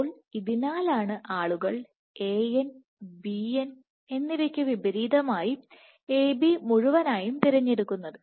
അപ്പോൾ ഇതിനാലാണ് ആളുകൾ An Bn ന് വിപരീതമായി A B മുഴുവനായും തിരഞ്ഞെടുക്കുന്നത്